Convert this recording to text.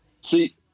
See